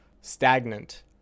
stagnant